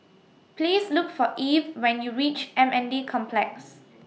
Please Look For Eve when YOU REACH M N D Complex